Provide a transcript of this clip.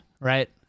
right